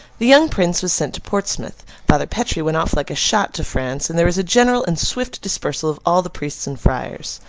the young prince was sent to portsmouth, father petre went off like a shot to france, and there was a general and swift dispersal of all the priests and friars.